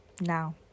Now